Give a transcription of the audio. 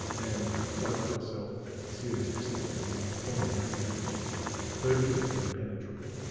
and you cloak yourself as a serious discipline in a form of language which is virtually impenetrable,